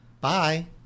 bye